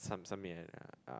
some some may have ah